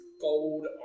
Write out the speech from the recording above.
gold